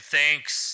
thanks